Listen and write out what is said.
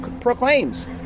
proclaims